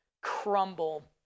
crumble